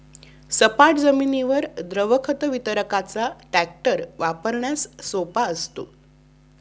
सपाट जमिनीवर द्रव खत वितरकाचा टँकर वापरण्यास सोपा असतो